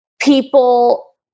people